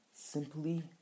Simply